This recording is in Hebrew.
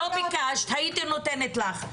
היית יכולה לבקש, לא ביקשת, הייתי נותנת לך.